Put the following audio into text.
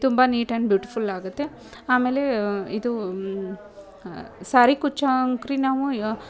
ತುಂಬ neat and beautiful ಆಗುತ್ತೆ ಆಮೇಲೆ ಇದು ಸಾರಿ ಕುಚ್ಚು ಅಂಕ್ರಿ ನಾವು